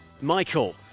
Michael